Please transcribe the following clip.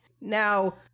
Now